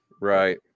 Right